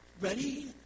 ready